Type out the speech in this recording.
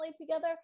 together